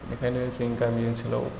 बेखायनो जों गामि ओनसोलाव